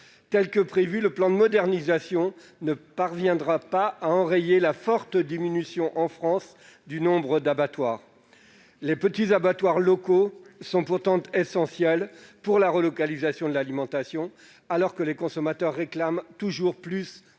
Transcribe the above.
Tel qu'il est prévu, le plan de modernisation ne parviendra pas à enrayer la forte diminution en France du nombre d'abattoirs. Les petits abattoirs locaux sont pourtant essentiels pour la relocalisation de l'alimentation, alors que les consommateurs réclament toujours plus